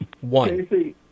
One